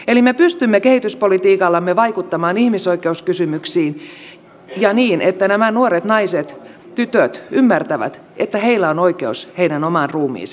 eli me pystymme kehityspolitiikallamme vaikuttamaan ihmisoikeuskysymyksiin niin että nämä nuoret naiset tytöt ymmärtävät että heillä on oikeus omaan ruumiiseensa